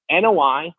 NOI